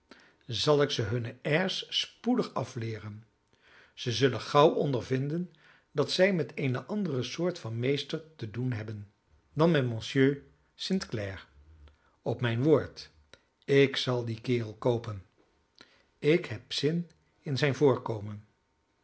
zal ik ze hunne airs spoedig afleeren ze zullen gauw ondervinden dat zij met eene andere soort van meester te doen hebben dan met monsieur st clare op mijn woord ik zal dien kerel koopen ik heb zin in zijn voorkomen